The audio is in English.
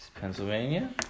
Pennsylvania